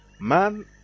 Man